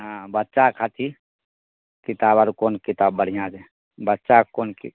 हँ बच्चा खातिर किताब आर कोन किताब बढ़िआँ रहै बच्चा कऽ कोन की